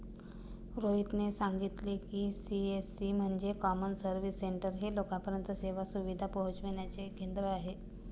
रोहितने सांगितले की, सी.एस.सी म्हणजे कॉमन सर्व्हिस सेंटर हे लोकांपर्यंत सेवा सुविधा पोहचविण्याचे केंद्र आहे